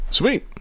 Sweet